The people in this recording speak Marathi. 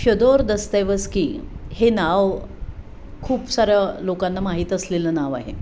शोदोर दस्तैवस्की हे नाव खूप साऱ्या लोकांना माहीत असलेलं नाव आहे